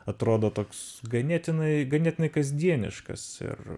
atrodo toks ganėtinai ganėtinai kasdieniškas ir